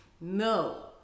No